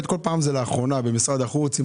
כל פעם זה לאחרונה במשרד החוץ עם